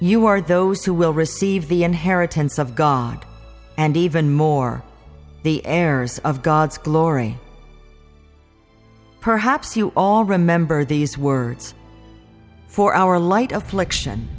are those who will receive the inheritance of god and even more the errors of god's glory perhaps you all remember these words for our light affliction